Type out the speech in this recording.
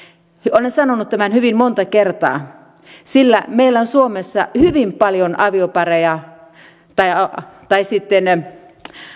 olen sanonut tämän hyvin monta kertaa sillä meillä on suomessa hyvin paljon aviopareja tai tai sitten